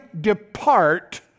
depart